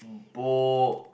bowl